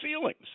ceilings